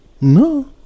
No